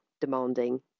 demanding